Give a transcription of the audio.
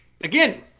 again